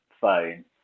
phone